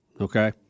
okay